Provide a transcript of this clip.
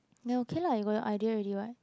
then okay lah you go the idea already [what]